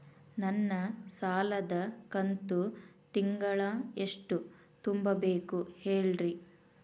ನನ್ನ ಸಾಲದ ಕಂತು ತಿಂಗಳ ಎಷ್ಟ ತುಂಬಬೇಕು ಹೇಳ್ರಿ?